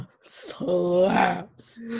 Slaps